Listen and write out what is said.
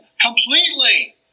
completely